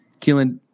Keelan